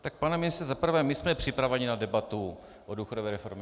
Tak pane ministře, za prvé my jsme připraveni na debatu o důchodové reformě.